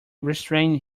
restrained